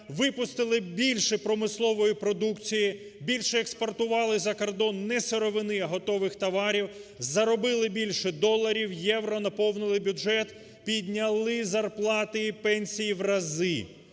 випустили більше промислової продукції; більше експортували за кордон не сировини, а готових товарів – заробили більше доларів, євро, наповнили бюджет, підняли зарплати і пенсії в разі.